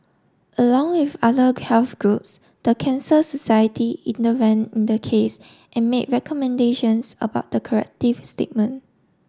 along with other health groups the Cancer Society intervened in the case and made recommendations about the corrective statement